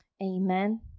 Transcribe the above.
amen